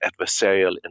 adversarial